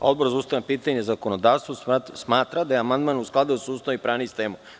Odbor za ustavna pitanja i zakonodavstvo smatra da je amandman u skladu sa Ustavom i pravnim sistemom.